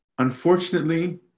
Unfortunately